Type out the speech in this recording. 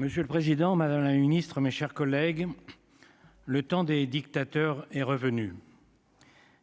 Monsieur le Président, Madame la Ministre, mes chers collègues, le temps des dictateurs est revenu.